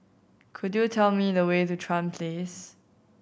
could you tell me the way to Chuan Place